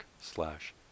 slash